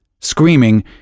screaming